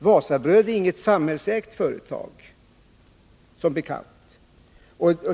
Wasabröd är inget samhällsägt företag, som bekant.